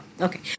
Okay